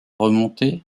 remontées